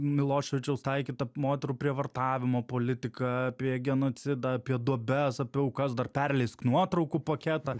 miloševičiaus taikytą moterų prievartavimo politiką apie genocidą apie duobes apie aukas dar perleisk nuotraukų paketą